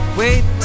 wait